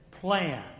plan